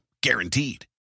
guaranteed